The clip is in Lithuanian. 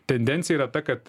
tendencija yra ta kad